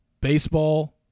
Baseball